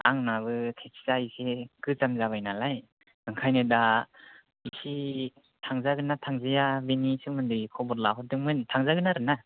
आंनाबो टेक्सिआ एसे गोजाम जाबाय नालाय ओंखायनो दा एसे थांजागोन्ना थांजाया बिनि सोमोन्दै खबर लाहरदोंमोन थांजागोन आरोना